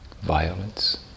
violence